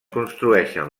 construeixen